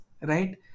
right